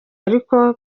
ariko